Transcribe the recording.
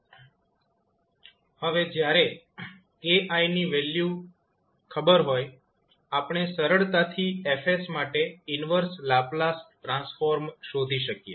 હવે જયારે 𝑘𝑖 ની વેલ્યુ ખબર હોય આપણે સરળતાથી F માટે ઈન્વર્સ લાપ્લાસ ટ્રાન્સફોર્મ શોધી શકીએ